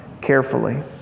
carefully